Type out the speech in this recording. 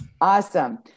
Awesome